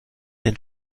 den